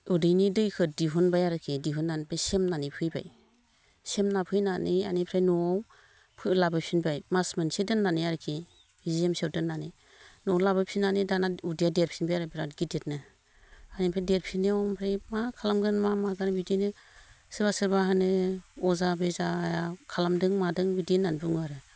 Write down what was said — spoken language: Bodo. उदैनि दैखौ दिहुनबाय आरोकि दिहुननानै बे सेमनानै फैबाय सेमना फैनानै बेनिफ्राय न'आव लाबोफिनबाय मास मोनसे दोननानै आरोखि जि एम सि याव दोननानै न'आव लाबोफिननानै दाना उदैयाव देरफिनबाय आरो बिरात गिदिरनो बेनिफ्राय देरफिननायाव ओमफ्राय मा खालामगोन मा मागोन बिदिनो सोरबा सोरबा होनो अजा बेजाया खालामदों मादों बिदि होननानै बुङो आरो